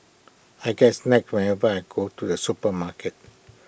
I get whenever I go to the supermarket